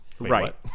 Right